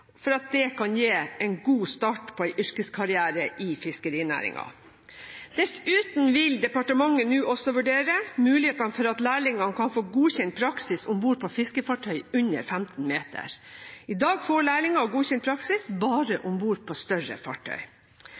for det kan gi en god start på en yrkeskarriere i fiskerinæringen. Dessuten vil departementet nå også vurdere mulighetene for at lærlingene kan få godkjent praksis om bord på fiskefartøy under 15 meter. I dag får lærlinger godkjent praksis bare om bord på større fartøy.